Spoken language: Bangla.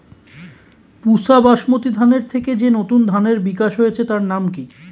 পুসা বাসমতি ধানের থেকে যে নতুন ধানের বিকাশ হয়েছে তার নাম কি?